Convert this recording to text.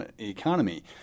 economy